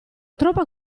troppa